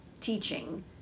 Teaching